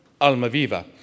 Almaviva